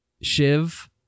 shiv